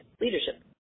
Leadership